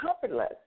comfortless